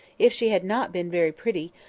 if she had not been very pretty,